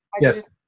Yes